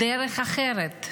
דרך אחרת.